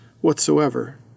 whatsoever